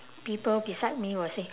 people beside me will say